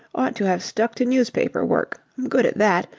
ought to have stuck to newspaper work. i'm good at that.